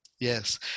Yes